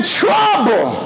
trouble